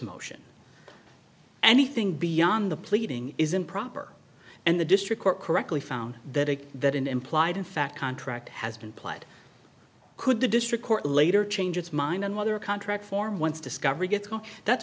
motion anything beyond the pleading is improper and the district court correctly found that it that an implied in fact contract has been plowed could the district court later change its mind on whether a contract for once discovery gets that's